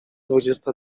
dwudziesta